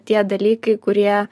tie dalykai kurie